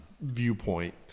viewpoint